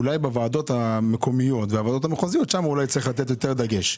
אולי בוועדות המקומיות והמחוזיות יש לתת יותר דגש.